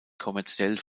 kommerziell